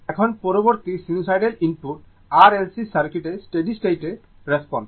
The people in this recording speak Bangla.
এখন পরবর্তী সিনুসয়েডাল ইনপুটে R L C সার্কিটের স্টেডি স্টেট রেসপন্স